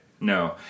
No